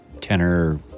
tenor